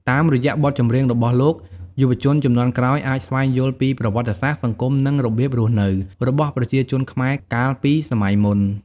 តាមរយៈបទចម្រៀងរបស់លោក យុវជនជំនាន់ក្រោយអាចស្វែងយល់ពី ប្រវត្តិសាស្ត្រ សង្គម និងរបៀបរស់នៅ របស់ប្រជាជនខ្មែរកាលពីសម័យមុន ។